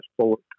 sport